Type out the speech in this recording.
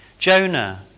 Jonah